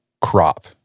crop